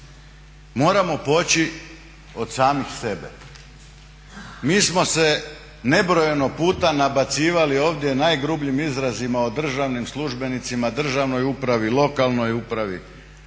Moramo poći od samih sebe. Mi smo se nebrojeno puta nabacivali ovdje najgrubljim izrazima o državnim službenicima, državnoj upravi, lokalnoj upravi.